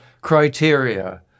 criteria